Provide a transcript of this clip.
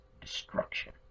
destruction